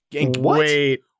Wait